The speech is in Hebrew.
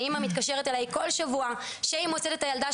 האמא מתקשרת אלי כל שבוע שהיא מוצאת את הילדה